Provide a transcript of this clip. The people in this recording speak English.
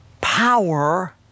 power